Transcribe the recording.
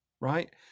right